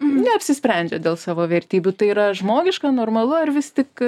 neapsisprendžia dėl savo vertybių tai yra žmogiška normalu ar vis tik